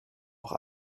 noch